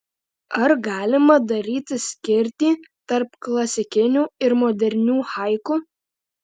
ar galima daryti skirtį tarp klasikinių ir modernių haiku